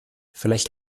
vielleicht